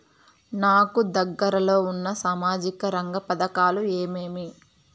నాకు దగ్గర లో ఉన్న సామాజిక రంగ పథకాలు ఏమేమీ?